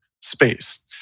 space